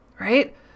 right